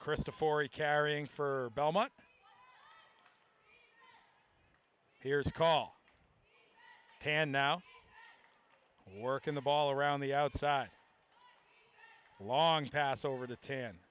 krista for a carrying for belmont here's call can now work in the ball around the outside the long pass over the ten